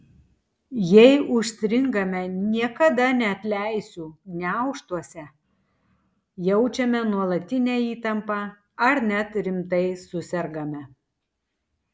jei užstringame niekada neatleisiu gniaužtuose jaučiame nuolatinę įtampą ar net rimtai susergame